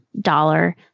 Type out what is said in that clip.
dollar